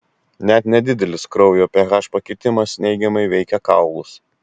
net nedidelis kraujo ph pakitimas neigiamai veikia kaulus